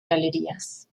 galerías